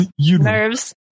nerves